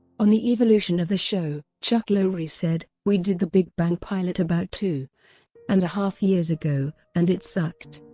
on the evolution of the show, chuck lorre said, we did the big bang pilot about two and a half years ago, and it sucked.